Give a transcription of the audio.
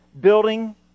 building